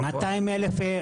נכון?